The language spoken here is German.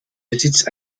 besitzt